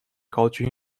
culture